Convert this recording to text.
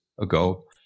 ago